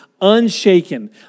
unshaken